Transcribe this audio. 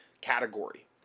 category